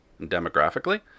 demographically